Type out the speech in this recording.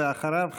ואחריו,